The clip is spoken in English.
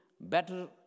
better